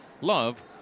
love